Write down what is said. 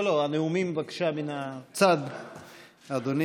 לא, לא, הנאומים בבקשה מן הצד, אדוני.